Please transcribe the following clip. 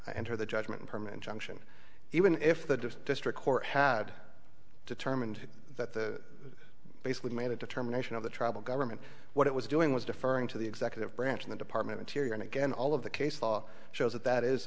i enter the judgment permanent junction even if the district court had determined that the basically made a determination of the tribal government what it was doing was deferring to the executive branch in the department of theory and again all of the case law shows that that is